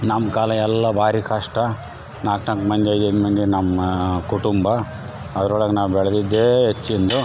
ನಮ್ಮ ಕಾಲ ಎಲ್ಲ ಭಾರಿ ಕಷ್ಟ ನಾಲ್ಕು ನಾಲ್ಕು ಮಂದಿ ಐದೈದು ಮಂದಿ ನಮ್ಮ ಕುಟುಂಬ ಅದ್ರೊಳಗೆ ನಾವು ಬೆಳೆದದ್ದೇ ಹೆಚ್ಚಿನದು